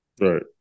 Right